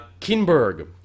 Kinberg